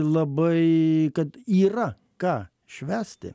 labai kad yra ką švęsti